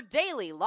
daily